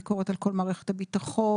ביקורת על כל מערכת הביטחון,